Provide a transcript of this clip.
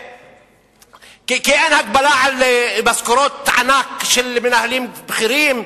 כי אין הגבלה על משכורות ענק של מנהלים בכירים,